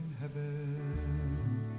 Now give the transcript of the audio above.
heaven